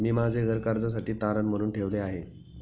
मी माझे घर कर्जासाठी तारण म्हणून ठेवले आहे